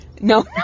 No